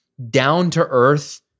down-to-earth